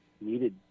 needed